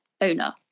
owner